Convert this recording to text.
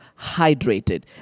hydrated